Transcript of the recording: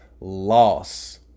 loss